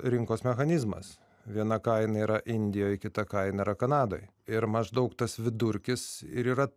rinkos mechanizmas viena kaina yra indijoj kita kaina yra kanadoj ir maždaug tas vidurkis ir yra